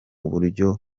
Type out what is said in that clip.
uburyo